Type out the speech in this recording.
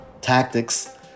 tactics